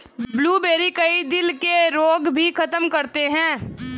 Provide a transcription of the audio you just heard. blueberry, कई दिल के रोग भी खत्म करती है